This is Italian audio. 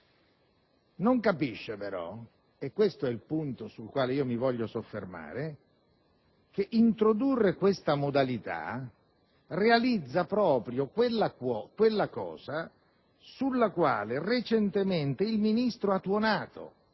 non capisce però (e questo è il punto su cui mi voglio soffermare) che introdurre tale modalità realizza proprio quella situazione su cui recentemente il Ministro ha tuonato.